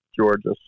Georgia